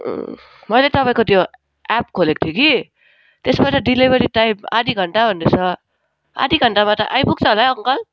मैले तपाईँको त्यो एप खोलेको थिएँ कि त्यसमा त डेलिभरी टाइम आधा घन्टा भन्दै छ आधा घन्टामा त आइपुग्छ होला है अङ्कल